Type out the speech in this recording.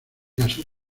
casó